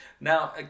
Now